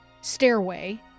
stairway